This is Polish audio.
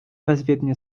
bezwiednie